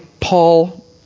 Paul